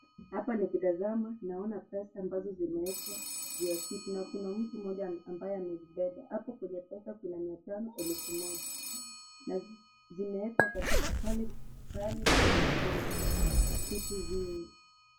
Hapa nikitaza naona pesa ambao zimewekwa juu ya kitu. Nakuna mmoja ambaye amezibeba. Hapo kwenye kuna pesa mia tano na elfu moja. Zimewekwa pale penye CCTV.